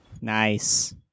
Nice